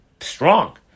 strong